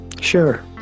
Sure